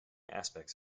aspects